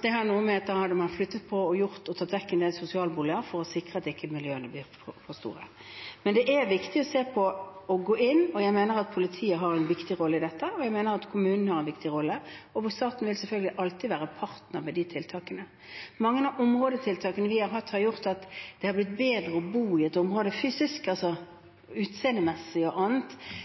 Det har noe å gjøre med at man hadde flyttet på og tatt vekk en del sosialboliger for å sikre at ikke miljøene ble for store. Men det er viktig å gå inn og se på – og jeg mener at politiet har en viktig rolle i dette, jeg mener at kommunen har en viktig rolle, og staten vil selvfølgelig alltid være en partner i de tiltakene. Mange av områdetiltakene vi har hatt, har gjort at det har blitt bedre å bo i et område fysisk – utseendemessig og annet